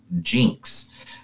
Jinx